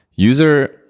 User